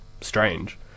strange